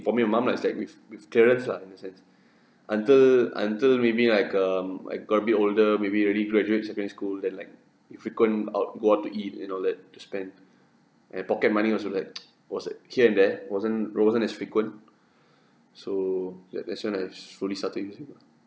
inform your mum lah is like with with clearance lah in the sense until until maybe like um I got a bit older maybe already graduates secondary school then like you frequent out go out to eat and all that to spend and pocket money also like was like here and there wasn't it wasn't as frequent so that that's when I fully started using